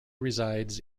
resides